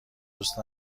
دوست